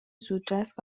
زودرس